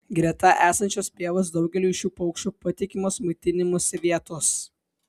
greta esančios pievos daugeliui šių paukščių patikimos maitinimosi vietos